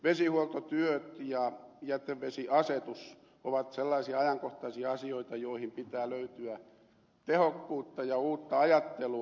vesihuoltotyöt ja jätevesiasetus ovat sellaisia ajankohtaisia asioita joihin pitää löytyä tehokkuutta ja uutta ajattelua